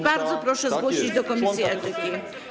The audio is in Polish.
Bardzo proszę zgłosić to do komisji etyki.